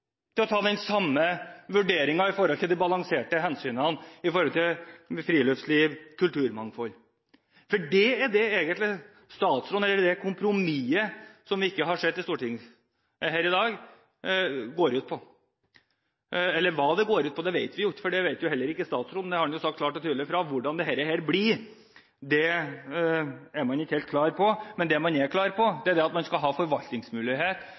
til å ta den samme vurderingen av de balanserte hensynene til friluftsliv og kulturmangfold? Det er det det kompromisset som vi ikke har sett her i dag, egentlig går ut på. Eller hva det går ut på, vet vi ikke, for det vet jo heller ikke statsråden. Han har sagt klart og tydelig fra at hvordan dette blir, er man ikke helt klar på, men det man er klar på, er at man skal ha forvaltningsmulighet